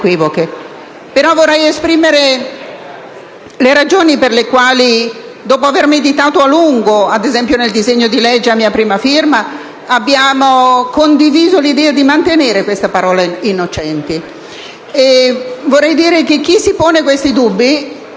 vorrei esprimere le ragioni per le quali, dopo aver meditato a lungo, ad esempio nel disegno di legge a mia prima firma, abbiamo condiviso l'idea di mantenere la parola «innocenti». Vorrei dire - lo dico con grande